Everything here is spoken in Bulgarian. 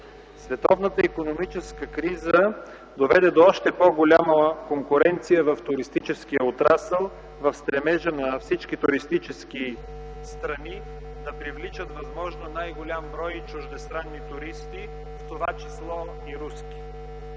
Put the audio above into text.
Световната икономическа криза доведе до още по-голяма конкуренция в туристическия отрасъл в стремежа на всички туристически страни да привличат възможно най-голям брой чуждестранни туристи, в това число и руски.